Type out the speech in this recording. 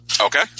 Okay